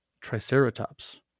triceratops